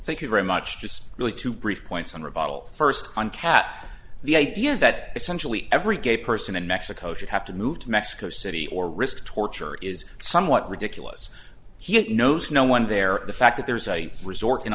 thank you very much just really two brief points on revival first one cat the idea that essentially every gay person in mexico should have to move to mexico city or risk torture is somewhat ridiculous he knows no one there the fact that there's a resort